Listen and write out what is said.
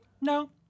no